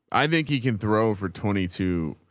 i think he can throw for twenty to,